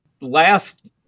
Last